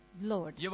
Lord